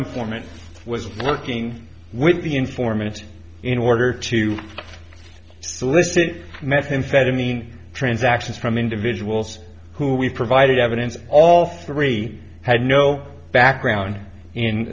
foreman was working with the informant in order to solicit methamphetamine transactions from individuals who we provided evidence of all three had no background in